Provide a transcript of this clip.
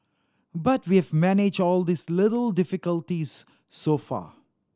but we've managed all these little difficulties so far